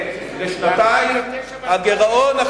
הגירעון,